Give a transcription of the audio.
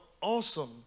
awesome